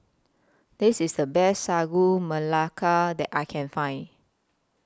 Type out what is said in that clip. This IS The Best Sagu Melaka that I Can Find